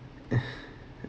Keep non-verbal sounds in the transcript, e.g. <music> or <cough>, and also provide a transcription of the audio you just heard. <laughs>